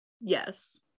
yes